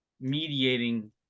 mediating